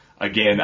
again